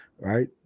right